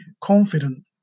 confident